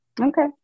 Okay